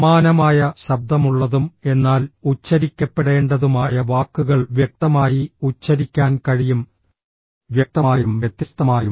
സമാനമായ ശബ്ദമുള്ളതും എന്നാൽ ഉച്ചരിക്കപ്പെടേണ്ടതുമായ വാക്കുകൾ വ്യക്തമായി ഉച്ചരിക്കാൻ കഴിയും വ്യക്തമായും വ്യത്യസ്തമായും